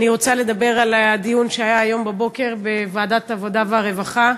אני רוצה לדבר על הדיון שהיה היום בבוקר בוועדת העבודה והרווחה,